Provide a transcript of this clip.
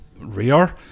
rare